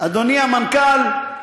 אדוני המנכ"ל,